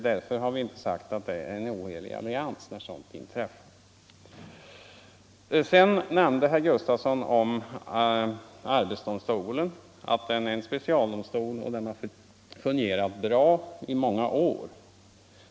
Därför har vi inte sagt att det är en ohelig allians när sådant inträffar. Sedan nämnde herr Gustafsson att arbetsdomstolen är en specialdomstol och att den fungerat bra i många år.